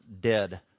dead